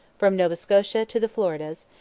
from nova scotia to the floridas,